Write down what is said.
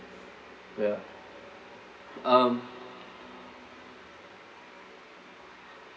ya um